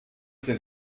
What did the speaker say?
sind